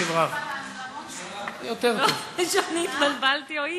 או שאני התבלבלתי